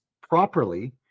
properly